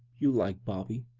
you'll like bobby,